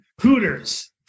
Hooters